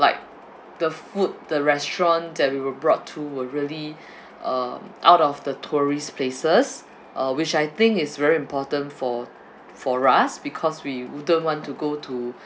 like the food the restaurant that we were brought to were really um out of the tourist places uh which I think is very important for for us because we wouldn't want to go to